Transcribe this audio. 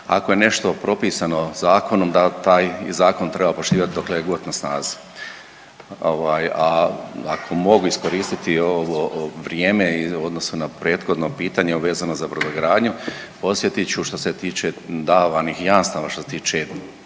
ako je nešto propisano zakonom da taj zakon treba poštivati doklegod je na snazi. Ako mogu iskoristiti ovo vrijeme u odnosu na prethodno pitanje vezano za brodogradnju, podsjetit ću što se tiče davanih jamstava, što se tiče